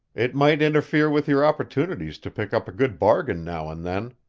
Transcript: it might interfere with your opportunities to pick up a good bargain now and then,